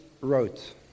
wrote